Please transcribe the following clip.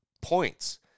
Points